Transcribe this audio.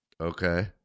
Okay